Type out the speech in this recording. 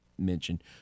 mentioned